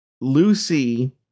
Lucy